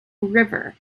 river